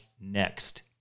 next